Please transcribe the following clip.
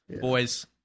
Boys